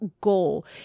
goal